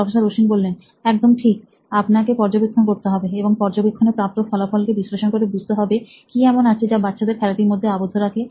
professor Ashwin একদম ঠিক আপনাকে পর্যবেক্ষণ করতে হবে এবং পর্যবেক্ষণে প্রাপ্ত ফলাফল কে বিশ্লেষণ করে বুঝতে হবে কি এমন আছে যা বাচ্চাদের খেলা টির মধ্যে আবদ্ধ রাখে